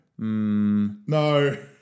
No